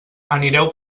anireu